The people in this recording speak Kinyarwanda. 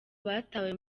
batawe